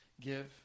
Give